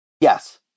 Yes